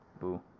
boo